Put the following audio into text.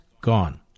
gone